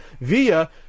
via